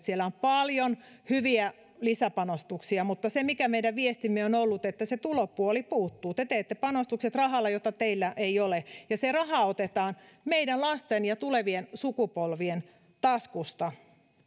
siellä on paljon hyviä lisäpanostuksia mutta se mikä meidän viestimme on ollut on se että tulopuoli puuttuu te teette panostukset rahalla jota teillä ei ole ja se raha otetaan meidän lasten ja tulevien sukupolvien taskusta